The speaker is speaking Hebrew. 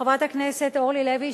חברת הכנסת אורלי לוי,